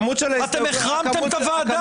אתם החרמתם את הוועדה.